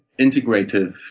integrative